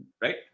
Right